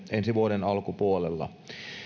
ensi vuoden alkupuolella